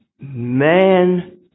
man